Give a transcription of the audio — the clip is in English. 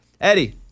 Eddie